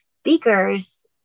speakers